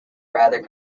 rather